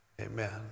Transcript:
amen